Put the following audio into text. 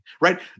right